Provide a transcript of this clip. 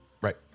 Right